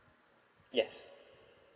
yes